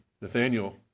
Nathaniel